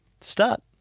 Start